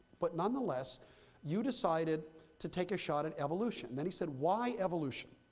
but nonetheless you decided to take a shot at evolution. then he said, why evolution?